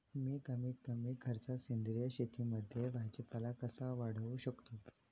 मी कमीत कमी खर्चात सेंद्रिय शेतीमध्ये भाजीपाला कसा वाढवू शकतो?